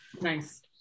Nice